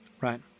Right